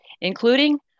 including